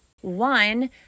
one